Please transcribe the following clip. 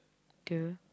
the